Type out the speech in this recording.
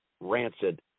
Rancid